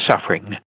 suffering